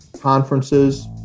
conferences